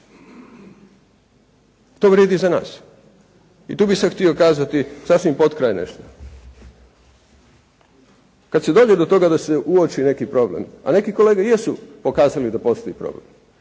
To vrijedi i za nas. I tu bih sad htio kazati sasvim potkraj nešto. Kad se dođe do toga da se uoči neki problem, a neki kolege jesu pokazali da postoji problem.